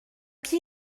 qui